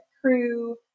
Crew